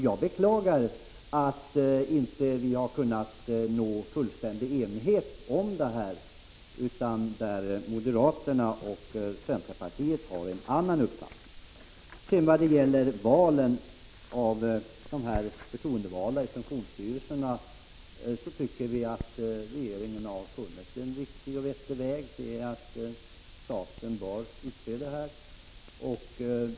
Jag beklagar att vi inte har kunnat nå fullständig enighet om detta, utan att centerpartiet och moderaterna har en annan uppfattning. Vad gäller valen av de förtroendevalda i funktionsstyrelserna tycker vi att regeringen har funnit en riktig och vettig väg: staten bör utse dessa ledamöter.